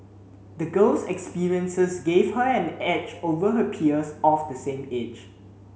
the girl's experiences gave her an edge over her peers of the same age